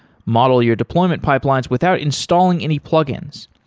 model your deployment pipelines without installing any plug-ins.